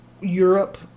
Europe